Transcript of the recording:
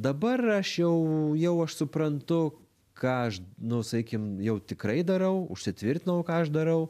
dabar aš jau jau aš suprantu ką aš nu sakykim jau tikrai darau užsitvirtinau ką aš darau